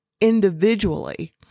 individually